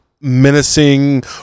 menacing